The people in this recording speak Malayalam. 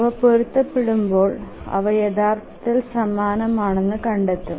അവ പൊരുത്തപ്പെടുത്തുമ്പോൾ അവ യഥാർത്ഥത്തിൽ സമാനമാണെന്ന് കണ്ടെത്തി